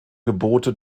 gebote